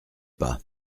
pas